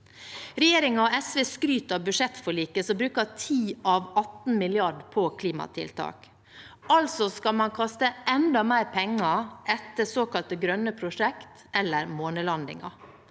Regjeringen og SV skryter av budsjettforliket som bruker 10 av 18 mrd. kr på klimatiltak. Altså skal man kaste enda mer penger etter såkalte grønne prosjekt, eller månelandinger,